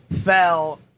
fell